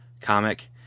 comic